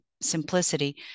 simplicity